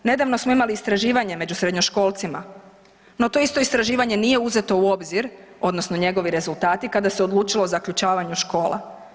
Nedavno smo imali istraživanje među srednjoškolcima, no to istraživanje isto nije uzeto u obzir, odnosno njegovi rezultati kada se odlučilo o zaključavanju škola.